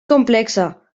complexa